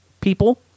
people